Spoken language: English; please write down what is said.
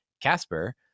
Casper